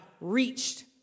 reached